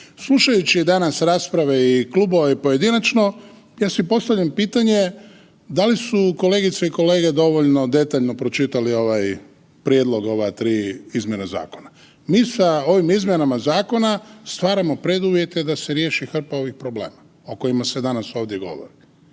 Slušajući i danas rasprave klubova i pojedinačno ja si postavljam pitanje da li su kolegice i kolege dovoljno detaljno pročitali prijedlog ova tri izmjena zakona. Mi sa ovim izmjenama zakona stvaramo preduvjete da se riješi hrpa ovih problema o kojima se danas ovdje govori.